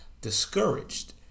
discouraged